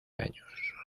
años